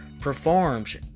performs